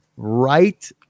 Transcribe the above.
right